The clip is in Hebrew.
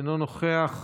אינו נוכח,